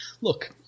look